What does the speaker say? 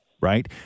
right